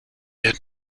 had